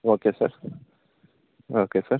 okay sir okay sir